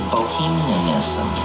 bohemianism